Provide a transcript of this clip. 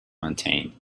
maintained